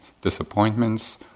disappointments